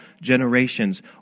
generations